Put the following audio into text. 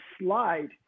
slide